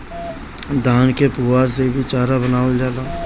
धान के पुअरा से भी चारा बनावल जाला